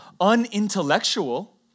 unintellectual